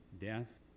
death